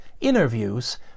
interviews